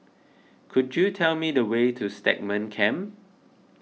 could you tell me the way to Stagmont Camp